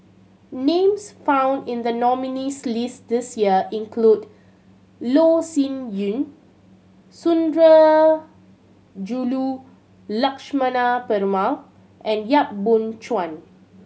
names found in the nominees' list this year include Loh Sin Yun Sundarajulu Lakshmana Perumal and Yap Boon Chuan